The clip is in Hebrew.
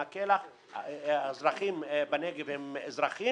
האזרחים בנגב הם אזרחים